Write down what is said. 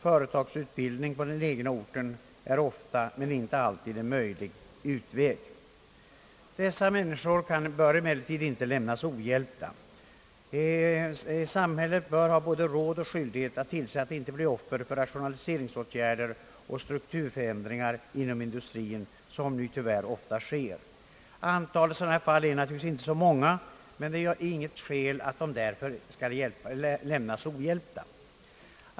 Företagsutbildning på den egna orten är ofta men inte alltid en möjlig utväg. Dessa människor bör emellertid inte lämnas ohjälpta. Samhället bör ha både råd och skyldighet att tillse att de inte blir offer för rationaliseringsåtgärder och strukturförändringar inom industrien, som nu tyvärr ofta sker. Antalet fall är naturligtvis inte så stort, men det finns inte något skäl att lämna dem ohjälpta.